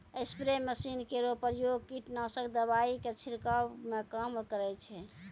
spray machine केरो प्रयोग कीटनाशक दवाई क छिड़कावै म काम करै छै